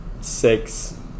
six